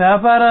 వ్యాపారాలు